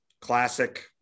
Classic